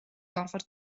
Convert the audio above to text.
gorfod